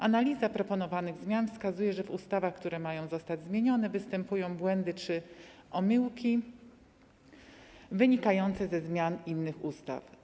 Analiza proponowanych zmian wskazuje, że w ustawach, które mają zostać zmienione, występują błędy czy omyłki wynikające ze zmian innych ustaw.